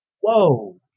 whoa